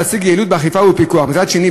ולהשיג יעילות באכיפה ובפיקוח מצד שני.